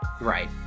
Right